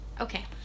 okay